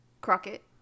Crockett